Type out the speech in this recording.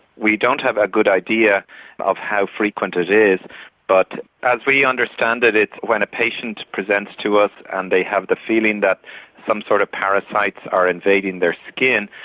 we don't have a good idea of how frequent it is but as we understand it it's when a patient presents to us and they have the feeling that some sort of parasites are invading their skin.